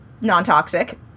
non-toxic